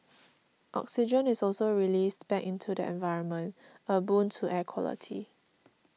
oxygen is also released back into the environment a boon to air quality